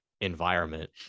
environment